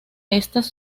estas